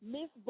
Miss